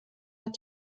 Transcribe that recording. hat